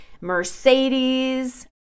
Mercedes